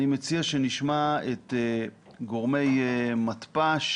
אני מציע שנשמע את גורמי מתפ"ש